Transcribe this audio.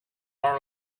are